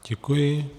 Děkuji.